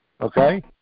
okay